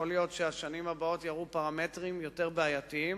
יכול להיות שהשנים הבאות יראו פרמטרים יותר בעייתיים